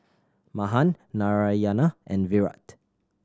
Mahan Narayana and Virat